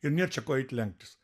ir nėr čia ko eit lenktis